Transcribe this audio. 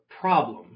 problem